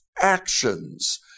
actions